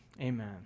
Amen